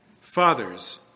fathers